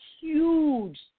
huge